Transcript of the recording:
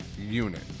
unit